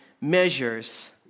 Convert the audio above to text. measures